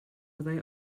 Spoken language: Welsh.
fyddai